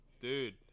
dude